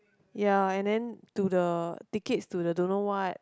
ya and then to the tickets to the don't know what